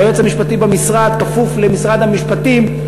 היועץ המשפטי במשרד כפוף למשרד המשפטים,